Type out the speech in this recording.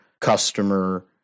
customer